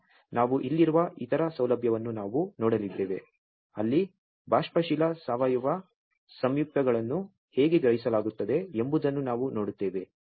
ಆದ್ದರಿಂದ ನಾವು ಇಲ್ಲಿರುವ ಇತರ ಸೌಲಭ್ಯವನ್ನು ನಾವು ನೋಡಲಿದ್ದೇವೆ ಅಲ್ಲಿ ಬಾಷ್ಪಶೀಲ ಸಾವಯವ ಸಂಯುಕ್ತಗಳನ್ನು ಹೇಗೆ ಗ್ರಹಿಸಲಾಗುತ್ತದೆ ಎಂಬುದನ್ನು ನಾವು ನೋಡುತ್ತೇವೆ